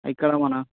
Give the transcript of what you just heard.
ఇక్కడ మన